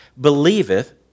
believeth